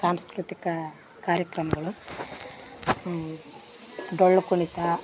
ಸಾಂಸ್ಕೃತಿಕ ಕಾರ್ಯಕ್ರಮಗಳು ಡೊಳ್ಳು ಕುಣಿತ